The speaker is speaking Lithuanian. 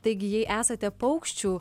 taigi jei esate paukščių